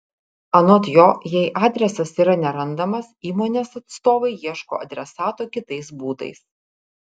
anot jo jei adresas yra nerandamas įmonės atstovai ieško adresato kitais būdais